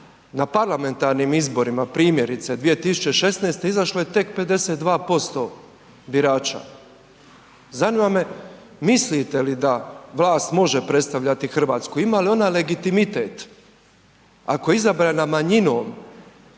na parlamentarnim izborima primjerice 2016. izašlo je tek 52% birača. Zanima me mislite li da vlast može predstavljati Hrvatsku, ima li ona legitimitet ako je izbrana manjinom